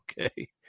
Okay